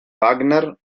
wagner